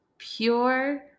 Pure